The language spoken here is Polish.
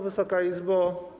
Wysoka Izbo!